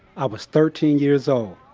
i was thirteen years old.